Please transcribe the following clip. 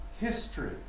history